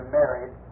married